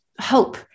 hope